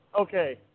okay